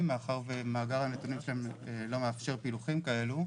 מאחר ומאגר הנתונים שלהם לא מאפשר פילוחים כאלה.